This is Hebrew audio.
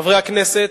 חברי הכנסת,